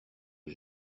aux